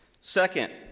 Second